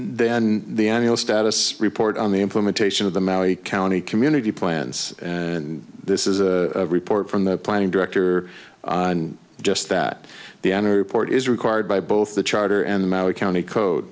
then the annual status report on the implementation of the maui county community plans and this is a report from the planning director and just that the enter port is required by both the charter and maui county co